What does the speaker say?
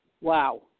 wow